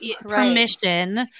permission